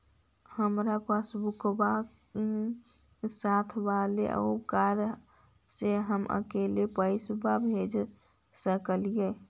हमार पासबुकवा साथे वाला है ओकरा से हम अकेले पैसावा भेज सकलेहा?